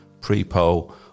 pre-poll